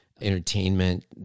entertainment